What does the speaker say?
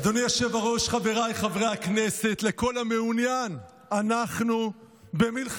יש לי בעיה עם התקציב, אבל אני אצביע בעד.